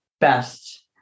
best